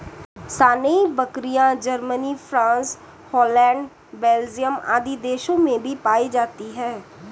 सानेंइ बकरियाँ, Germany, France, Holland, Belgium आदि देशों में भी पायी जाती है